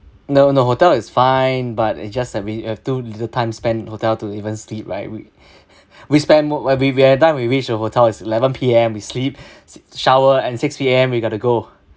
no no hotel is fine but it's just that we we have too little time spent hotel to even sleep right we we spend mo~ where we we have done we reach the hotel is eleven P_M we sleep s~ shower and six A_M we got to go